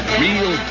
real